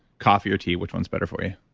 coffee or tea, which one's better for you?